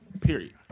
Period